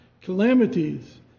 calamities